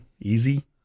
easy